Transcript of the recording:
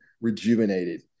rejuvenated